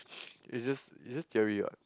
is just is just theory what